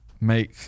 make